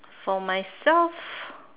for myself